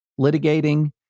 litigating